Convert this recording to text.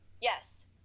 Yes